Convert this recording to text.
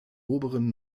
oberen